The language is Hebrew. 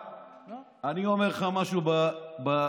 אני אומר לך משהו בדוגרי.